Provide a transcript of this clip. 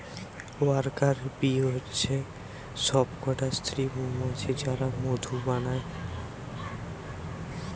worker bee হচ্ছে সব কটা স্ত্রী মৌমাছি যারা মধু বানায়